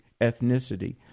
ethnicity